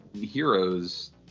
heroes